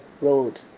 road